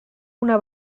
una